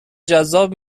جذاب